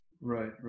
right